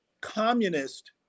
communist